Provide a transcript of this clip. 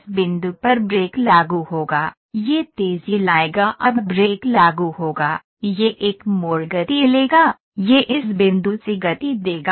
इस बिंदु पर ब्रेक लागू होगा यह तेजी लाएगा अब ब्रेक लागू होगा यह एक मोड़ गति लेगा यह इस बिंदु से गति देगा